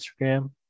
Instagram